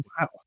Wow